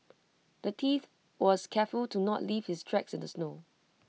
the thief was careful to not leave his tracks in the snow